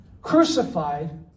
crucified